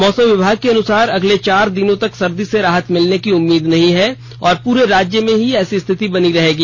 मौसम विभाग के अनुसार अगले चार दिनों तक सर्दी से राहत मिलने की उम्मीद नहीं है और प्ररे राज्य में ऐसी ही स्थिति बनी रहेगी